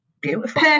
beautiful